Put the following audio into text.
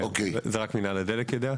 רק מינהל הדלק יודע.